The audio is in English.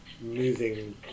moving